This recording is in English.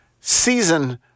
season